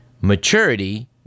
Maturity